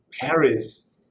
Paris